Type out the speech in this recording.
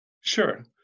Sure